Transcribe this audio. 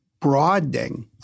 broadening